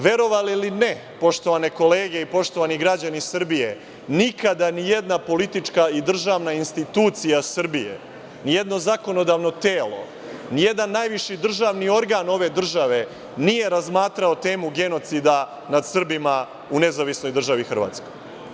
Verovali ili ne, poštovane kolege i poštovani građani Srbije, nikada ni jedna politička i državna institucija Srbije, ni jedno zakonodavno telo, ni jedan najviši državni organ ove države nije razmatrao temu genocida nad Srbima u Nezavisnoj državi Hrvatskoj.